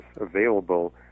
available